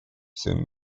всем